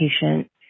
patient